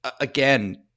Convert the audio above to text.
Again